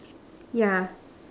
ya